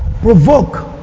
Provoke